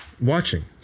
watching